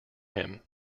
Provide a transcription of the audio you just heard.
him